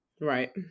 Right